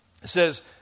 says